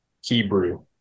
Hebrew